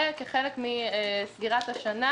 וכחלק מסגירת השנה,